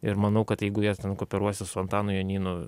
ir manau kad jeigu jie ten kooperuosis su antanu jonynu